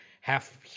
half